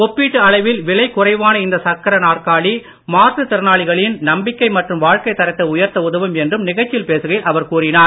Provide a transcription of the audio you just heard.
ஒப்பீட்டு அளவில் விலை குறைவான இந்த சக்கர நாற்காலி மாற்றுத் திறனாளிகளின் நம்பிக்கை மற்றும் வாழ்க்கைத் தரத்தை உயர்த்த உதவும் என்றும் நிகழ்ச்சியில் பேசுகையில் அவர் கூறினார்